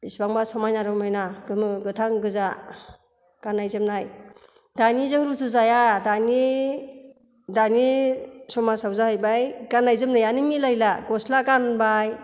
इसिबां बा समायना रमायना गोमो गोथां गोजा गाननाय जोमनाय दानिजों रुजुजाया दानि दानि समाजाव जाहैबाय गाननाय जोमनायानो मिलायला गस्ला गानबाय